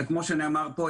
וכמו שנאמר פה,